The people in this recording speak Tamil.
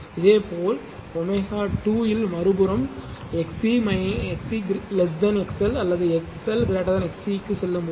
இதேபோல் ω2 இல் மறுபுறம் XC XL அல்லது XL XC க்குச் செல்லும்போது